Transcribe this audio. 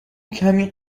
کمی